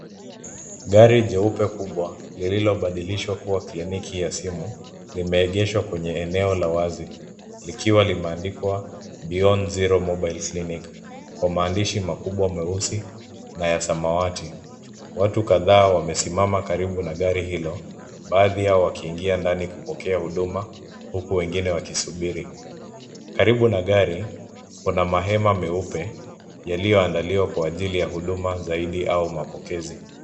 Gari jeupe kubwa lililobadilishwa kuwa kliniki ya simu limeegeshwa kwenye eneo la wazi, likiwa limeandikwa Beyond Zero mobile clinic, kwa maandishi makubwa meusi na ya samawati. Watu kadhaa wamesimama karibu na gari hilo baadhi yao wakiingia ndani kupokea huduma huku wengine wakisubiri. Karibu na gari kuna mahema meupe yaliyoaandaliwa kwa ajili ya huduma zaidi au mapokezi.